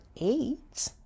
eight